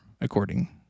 according